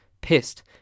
Pissed